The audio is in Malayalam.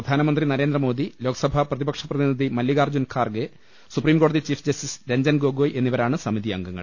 പ്രധാനമന്ത്രി നരേന്ദ്രമോദി ലോക്സഭാ പ്രതിപക്ഷ പ്രതിനിധി മല്ലികാർജ്ജുൻ ഖാർഗെ സുപ്രീംകോടതി ചീഫ് ജസ്റ്റിസ് രഞ്ജൻ ഗോഗൊയ് എന്നിവരാണ് സമിതി അംഗങ്ങൾ